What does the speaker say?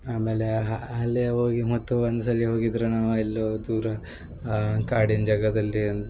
ಆಮೇಲೆ ಅಲ್ಲಿ ಹೋಗಿ ಮತ್ತು ಒಂದು ಸಲ ಹೋಗಿದ್ರ್ ನಾವು ಎಲ್ಲೋ ದೂರ ಕಾಡಿನ ಜಾಗದಲ್ಲಿ